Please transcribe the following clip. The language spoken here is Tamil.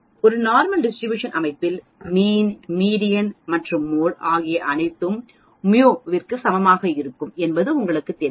ஒரு நார்மல் டிஸ்ட்ரிபியூஷன் அமைப்பில் மீண் மீடியன் மற்றும் மோட் ஆகிய அனைத்தும் μ க்கு சமமாக இருக்கும் என்பது உங்களுக்கு தெரியும்